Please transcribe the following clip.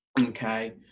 Okay